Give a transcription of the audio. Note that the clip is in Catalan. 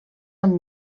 amb